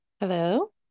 hello